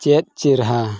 ᱪᱮᱫ ᱪᱮᱨᱦᱟ